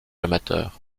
amateur